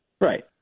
Right